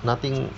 nothing